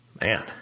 Man